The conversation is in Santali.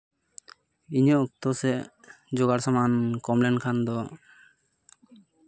ᱤᱧᱟᱹᱜ ᱚᱠᱛᱚ ᱥᱮ ᱡᱳᱜᱟᱲ ᱥᱟᱢᱟᱱ ᱠᱚᱢ ᱞᱮᱱᱠᱷᱟᱱ ᱫᱚ